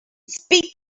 speak